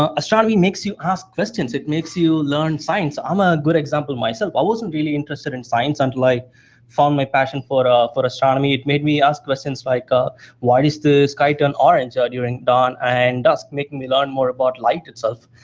ah astronomy makes you ask questions, it makes you learn science. i'm a good example myself. i wasn't really interested in science until i like found my passion for ah for astronomy. it made me ask questions like ah why does the sky turn orange ah during dawn and dusk, making me learn more about light itself.